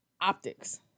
optics